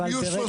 הם יהיו שלושה,